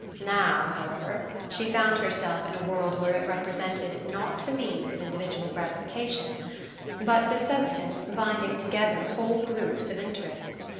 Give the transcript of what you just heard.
now, however, she found herself in a world where it represented not the means of individual gratification but the substance binding together whole groups of interests,